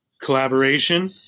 collaboration